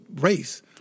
race